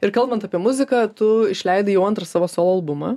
ir kalbant apie muziką tu išleidai jau antrą savo solo albumą